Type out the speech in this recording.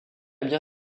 bien